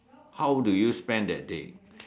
how do you spend that day